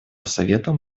советом